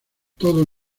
todos